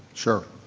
sure.